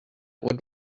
would